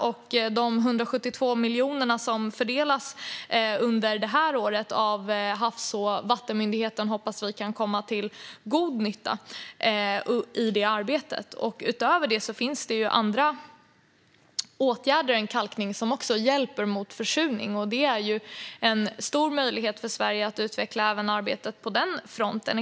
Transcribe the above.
De 172 miljoner som under det här året fördelas av Havs och vattenmyndigheten hoppas vi kan komma till god nytta i det arbetet. Utöver kalkning finns det andra åtgärder som också hjälper mot försurning, och det finns en stor möjlighet för Sverige att utveckla arbetet även på den fronten.